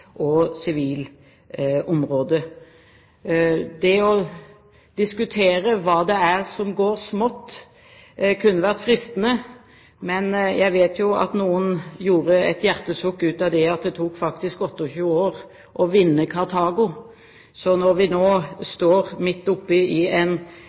og sivilt område. Å diskutere hva det er som går smått, kunne vært fristende, men jeg vet jo at noen kom med et hjertesukk over at det faktisk tok 28 år å vinne Kartago. Så når vi nå står midt oppe i en